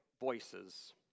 voices